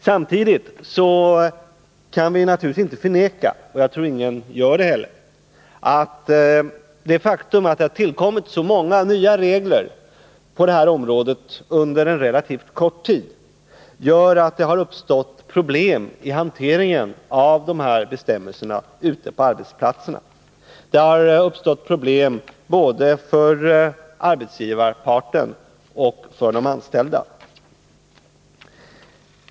Samtidigt kan vi naturligtvis inte förneka — och jag tror inte någon gör det heller — att det faktum att det har tillkommit så många nya regler på detta område under en relativt kort tid gör att det har uppstått problem vid hanteringen av dessa bestämmelser ute på arbetsplatserna. Det har uppstått 35 problem både för arbetsgivarparten och för de anställda.